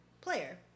player